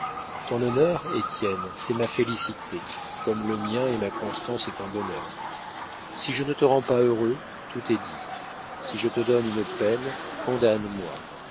ton honneur étienne c'est ma félicité comme le mien est ma constance et ton bonheur si je ne te rends pas heureux tout est dit si je te donne une peine condamne moi nos